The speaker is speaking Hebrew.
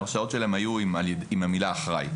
ההרשעות שלהם היו עם המילה אחראי.